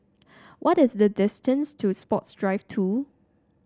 what is the distance to Sports Drive Two